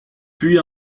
puis